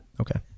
Okay